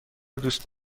دوست